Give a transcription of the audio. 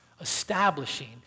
establishing